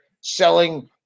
selling